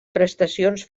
prestacions